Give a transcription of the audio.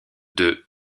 deux